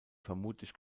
vermutlich